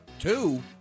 Two